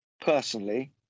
personally